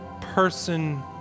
person